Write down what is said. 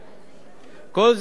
כל זה לא היה מתקדם,